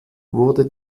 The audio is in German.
wurde